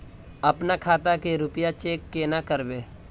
अपना खाता के रुपया चेक केना करबे?